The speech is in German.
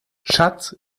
schatz